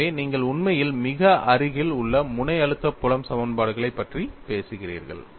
எனவே நீங்கள் உண்மையில் மிக அருகில் உள்ள முனை அழுத்த புலம் சமன்பாடுகளைப் பற்றி பேசுகிறீர்கள்